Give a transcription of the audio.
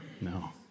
No